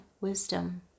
Wisdom